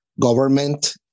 government